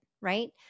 right